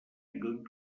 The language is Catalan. lluny